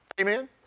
Amen